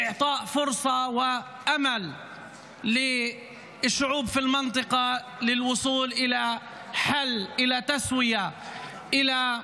ותחזיר את התקווה גם לעם הפלסטיני וגם לאזרחים או לעם הישראלי כאן.